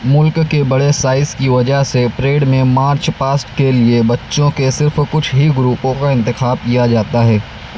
ملک کے بڑے سائز کی وجہ سے پریڈ میں مارچ پاسٹ کے لیے بچوں کے صرف کچھ ہی گروپوں کا انتخاب کیا جاتا ہے